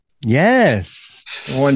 Yes